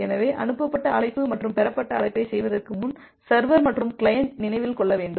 எனவே அனுப்பப்பட்ட அழைப்பு மற்றும் பெறப்பட்ட அழைப்பைச் செய்வதற்கு முன் சர்வர் மற்றும் கிளையண்ட் நினைவில் கொள்ள வேண்டும்